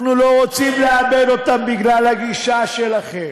אנחנו לא רוצים לאבד אותם בגלל הגישה שלכם,